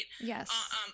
Yes